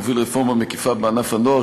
מוביל רפורמה מקיפה בענף הדואר,